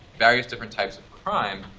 various different types of crime.